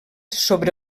sobre